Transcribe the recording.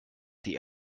die